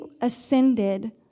ascended